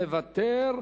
מוותר.